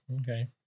Okay